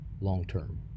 long-term